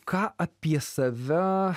ką apie save